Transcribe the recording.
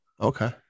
Okay